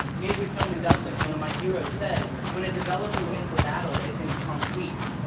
marjorie stoneman douglas, one of my heroes, said, when developers win a battle, it's in concrete.